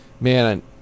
man